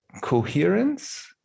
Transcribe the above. coherence